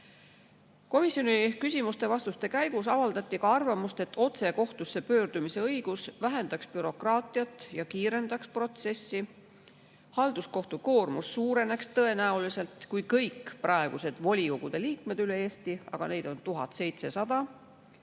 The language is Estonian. küsimuste-vastuste käigus avaldati ka arvamust, et otse kohtusse pöördumise õigus vähendaks bürokraatiat ja kiirendaks protsessi. Halduskohtute koormus suureneks tõenäoliselt, kui kõik praegused volikogude liikmed üle Eesti – aga neid on 1700